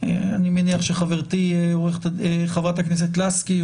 אני מניח שחברתי חברת הכנסת לסקי,